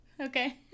Okay